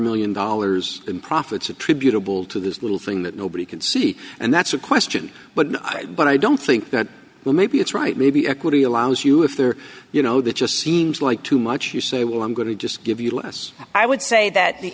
million dollars in profits attributable to this little thing that nobody can see and that's a question but i but i don't think that well maybe it's right maybe equity allows you if there are you know that just seems like too much you say well i'm going to just give you less i would say that the